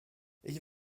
ich